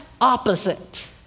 opposite